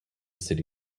city